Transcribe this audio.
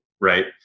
right